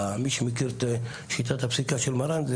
מי שמכיר את שיטת הפסיקה של מרן,